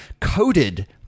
coated